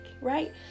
right